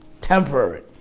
Temporary